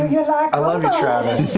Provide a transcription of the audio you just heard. i love